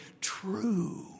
true